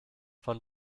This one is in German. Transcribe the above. von